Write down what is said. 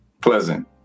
Pleasant